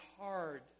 hard